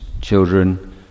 children